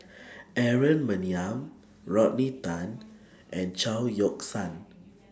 Aaron Maniam Rodney Tan and Chao Yoke San